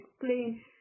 explain